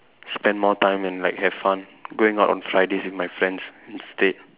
spend more time and like have fun going out on Fridays with my friends instead